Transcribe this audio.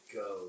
go